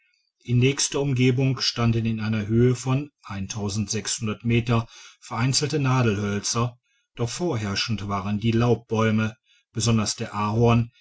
in nächster umgebung standen in einer höhe von meter vereinzelte nadelhölzer doch vorherrschend waren die laubbäume besonders der ahorn